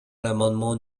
l’amendement